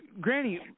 Granny